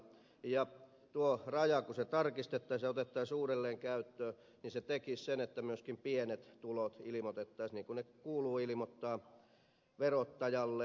kun tuo raja tarkistettaisiin ja otettaisiin uudelleen käyttöön se tekisi sen että myöskin pienet tulot ilmoitettaisiin niin kuin ne kuuluu ilmoittaa verottajalle